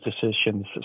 decisions